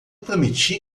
prometi